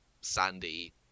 sandy